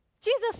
Jesus